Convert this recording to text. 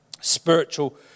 spiritual